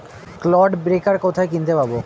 Clod breaker কোথায় কিনতে পাব?